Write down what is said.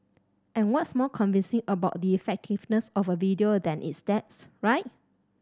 and what's more convincing about the effectiveness of a video than its stats right